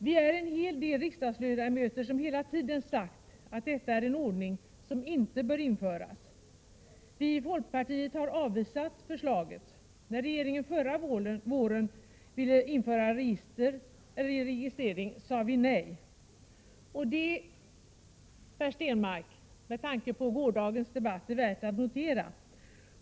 Vi är en hel del riksdagsledamöter som hela tiden sagt att detta är en ordning som inte bör införas. Vi i folkpartiet har avvisat förslaget. När regeringen förra våren ville införa registrering, sade vi nej. Och det är, Per Stenmarck, med tanke på gårdagens debatt, värt att notera.